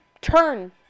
Turn